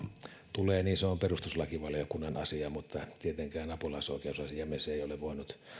tulee niin se on perustuslakivaliokunnan asia mutta tietenkään apulaisoikeusasiamies ei ole voinut